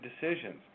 decisions